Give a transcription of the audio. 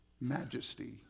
majesty